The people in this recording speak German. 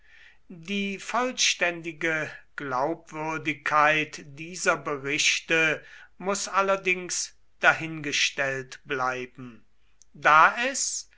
die vollständige glaubwürdigkeit dieser berichte muß allerdings dahingestellt bleiben da es